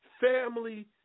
Family